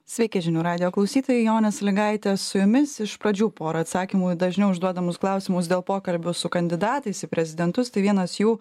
sveiki žinių radijo klausytojai jonė sąlygaitė su jumis iš pradžių pora atsakymų į dažniau užduodamus klausimus dėl pokalbių su kandidatais į prezidentus tai vienas jų